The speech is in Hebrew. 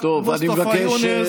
מוסטפא יונס וג'ורג' פלויד,